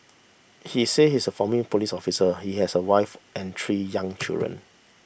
he said he's a former police officer he has a wife and three young children